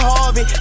Harvey